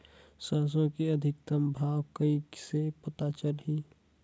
सरसो के अधिकतम भाव कइसे पता चलही?